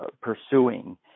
pursuing